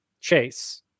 chase